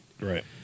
Right